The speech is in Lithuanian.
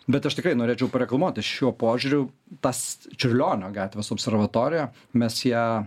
bet aš tikrai norėčiau pareklamuoti šiuo požiūriu tas čiurlionio gatvės observatoriją mes ją